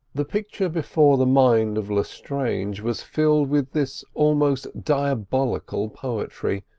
the picture before the mind of lestrange was filled with this almost diabolical poetry,